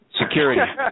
Security